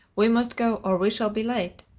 we must go, or we shall be late.